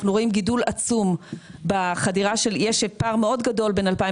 אנחנו רואים גידול עצום בחדירה יש פער מאוד גדול בין 2021,